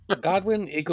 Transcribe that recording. Godwin